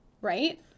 right